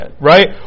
right